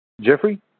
Jeffrey